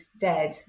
dead